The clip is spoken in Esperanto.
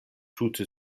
tute